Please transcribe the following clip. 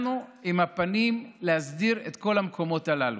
אנחנו עם הפנים להסדיר את כל המקומות הללו.